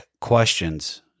questions